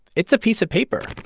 it's a piece of paper.